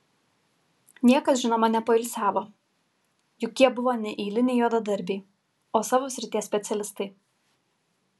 niekas žinoma nepoilsiavo juk jie buvo ne eiliniai juodadarbiai o savo srities specialistai